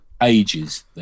ages